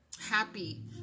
happy